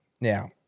now